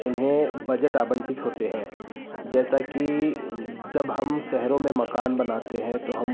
उन्हें बजट आवंटित होते हैं जैसा कि जब हम शहरों में मकान बनाते हैं तो हम